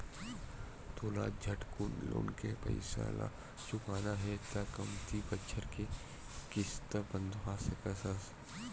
तोला झटकुन लोन के पइसा ल चुकाना हे त कमती बछर के किस्त बंधवा सकस हस